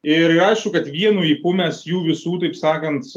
ir ir aišku kad vienu ypu mes jų visų taip sakant